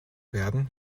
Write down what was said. werden